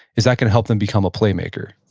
is that going to help them become a playmaker?